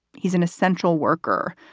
he's an acentral worker,